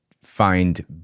find